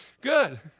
Good